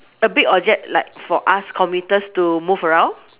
a big object like for us commuters to move around